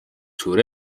suur